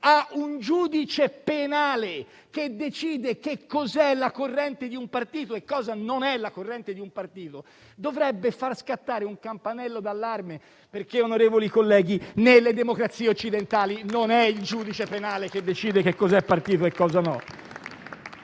a un giudice penale che decide che cosa è la corrente di un partito e cosa non lo è dovrebbe far scattare un campanello d'allarme. Onorevoli colleghi, nelle democrazie occidentali non è il giudice penale che decide che cosa è partito e cosa no.